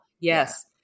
Yes